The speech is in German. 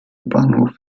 bahnhof